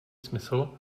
smysl